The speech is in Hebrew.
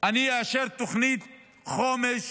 אני אאשר תוכנית חומש